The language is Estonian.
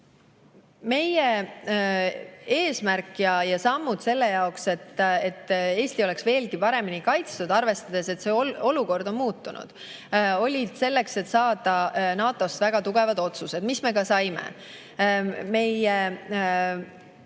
meie eesmärk ja sammud selle jaoks, et Eesti oleks veelgi paremini kaitstud, arvestades, et olukord on muutunud, olid tehtud selleks, et saada NATO-st väga tugevad otsused, mille me ka saime. Me